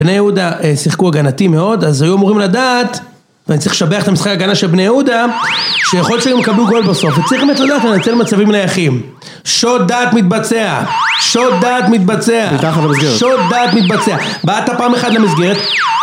בני יהודה שיחקו הגנתי מאוד, אז היו אמורים לדעת ואני צריך לשבח את המשחק הגנה של בני יהודה, שיכול להיות שהם יקבלו גול בסוף וצריך באמת לדעת לנצל מצבים נייחים. שוד דעת מתבצע! שוד דעת מתבצע! שוד דעת מתבצע! בעטת פעם אחת למסגרת